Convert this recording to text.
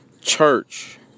church